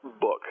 book